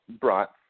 brought